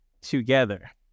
together